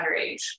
underage